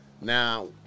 now